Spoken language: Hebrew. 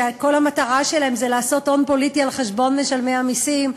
שכל המטרה שלהם זה לעשות הון פוליטי על חשבון משלמי המסים,